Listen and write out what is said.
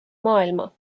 maailma